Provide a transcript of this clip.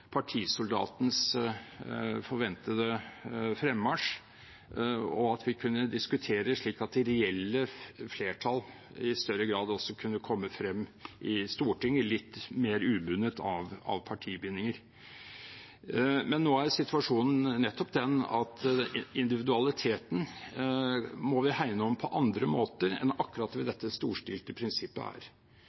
partisoldatens forventede fremmarsj, og at vi kunne diskutere slik at de reelle flertall i større grad kunne komme frem i Stortinget, litt mer ubundet av partibindinger. Men nå er situasjonen nettopp den at individualiteten må vi hegne om på andre måter enn akkurat ved dette storstilte prinsippet her. Jeg mener at representantuavhengigheten er